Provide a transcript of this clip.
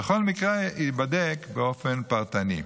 וכל מקרה ייבדק באופן פרטני.